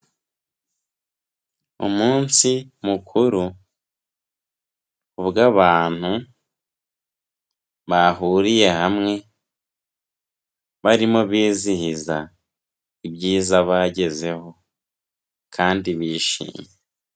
Umunsi mukuru ubwo abantu bahuriye hamwe barimo bizihiza ibyiza bagezeho kandi bishimye.